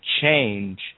change